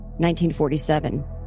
1947